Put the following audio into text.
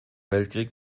weltkrieg